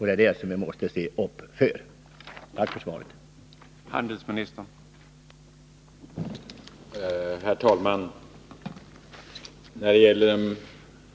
Det är det vi måste se upp med. Tack för svaret.